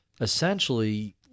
essentially